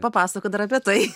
papasakot dar apie tai